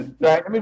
Right